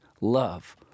love